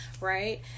right